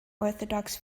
orthodox